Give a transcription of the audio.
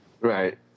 Right